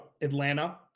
Atlanta